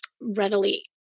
readily